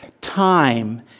Time